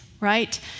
right